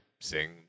sing